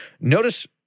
notice